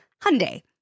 Hyundai